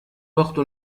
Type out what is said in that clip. وقت